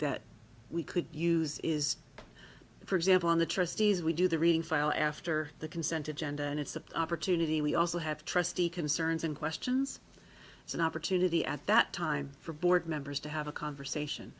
that we could use is for example on the trustees we do the reading file after the consent of gender and it's an opportunity we also have trustee concerns and questions it's an opportunity at that time for board members to have a conversation